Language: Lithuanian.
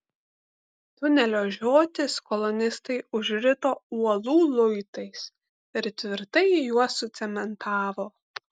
tunelio žiotis kolonistai užrito uolų luitais ir tvirtai juos sucementavo